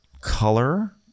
color